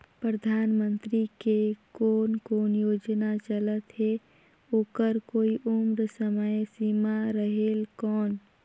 परधानमंतरी के कोन कोन योजना चलत हे ओकर कोई उम्र समय सीमा रेहेल कौन?